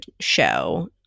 show